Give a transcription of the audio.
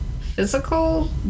physical